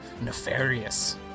Nefarious